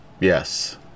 Yes